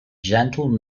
gentle